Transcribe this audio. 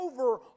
over